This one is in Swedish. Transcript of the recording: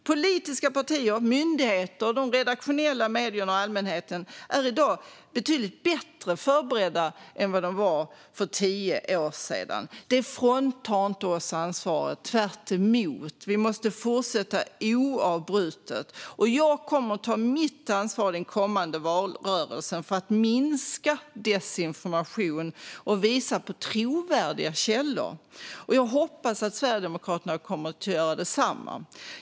Politiska partier, myndigheter, de redaktionella medierna och allmänheten är i dag betydligt bättre förberedda än vad de var för tio år sedan. Det fråntar oss inte ansvaret - tvärtom måste vi fortsätta oavbrutet. Jag kommer att ta mitt ansvar under den kommande valrörelsen för att minska desinformation och visa på trovärdiga källor. Jag hoppas att Sverigedemokraterna kommer att göra detsamma.